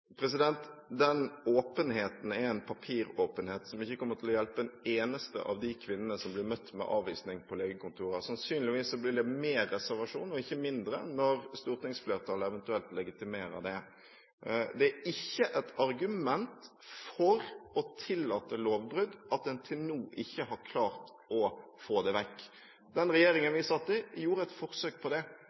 Den åpenheten er en papiråpenhet som ikke kommer til å hjelpe en eneste av de kvinnene som blir møtt med avvisning på legekontoret. Sannsynligvis blir det mer reservasjon og ikke mindre når stortingsflertallet eventuelt legitimerer det. Det er ikke et argument for å tillate lovbrudd at en til nå ikke har klart å få det vekk. Den regjeringen vi satt i, gjorde et forsøk på det